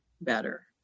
better